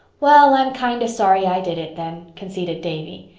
well, i'm kind of sorry i did it, then, conceded davy.